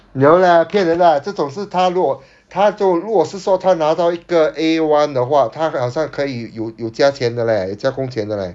no lah 骗人的 lah 这种是他如果他做如果是说他拿到一个 A one 的话他好像可以有有加钱的 leh 加工钱的 leh